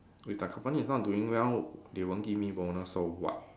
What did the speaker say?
if the company is not doing well they won't give me bonus so what